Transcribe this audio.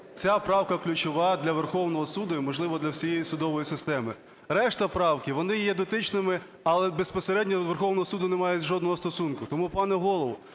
Ця правка ключова для Верховного Суду і, можливо, для всієї судової системи. Решта правок, вони є дотичними, але безпосередньо до Верховного Суду не мають жодного стосунку. Тому, пане Голово,